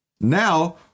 Now